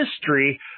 history